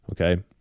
okay